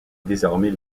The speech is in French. désormais